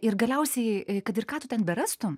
ir galiausiai kad ir ką tu ten berastum